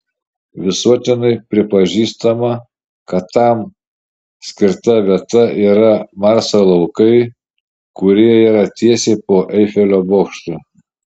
visuotinai pripažįstama kad tam skirta vieta yra marso laukai kurie yra tiesiai po eifelio bokštu